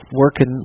working